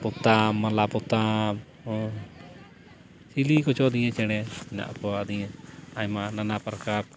ᱯᱚᱛᱟᱢ ᱢᱟᱞᱟ ᱯᱚᱛᱟᱢ ᱦᱮᱸ ᱪᱤᱞᱤ ᱠᱚᱪᱚᱝ ᱫᱤᱭᱮ ᱪᱮᱬᱮ ᱢᱮᱱᱟᱜ ᱠᱚᱣᱟ ᱫᱤᱭᱮ ᱟᱭᱢᱟ ᱱᱟᱱᱟ ᱯᱨᱚᱠᱟᱨ